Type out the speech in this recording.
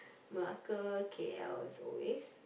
Malacca K_L is always